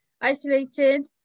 isolated